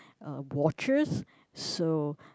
uh watches so